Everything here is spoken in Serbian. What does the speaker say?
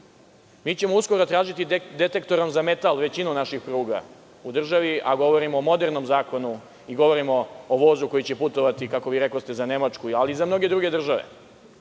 ćemo tražiti detektorom za metal većinu naših pruga u državi, a govorim o modernom zakonu i govorimo o vozu koji će putovati, kako vi rekoste, za Nemačku, ali i za mnoge druge